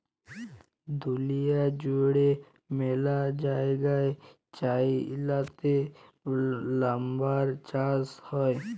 দুঁলিয়া জুইড়ে ম্যালা জায়গায় চাইলাতে লাম্বার চাষ হ্যয়